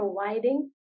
providing